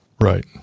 Right